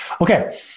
Okay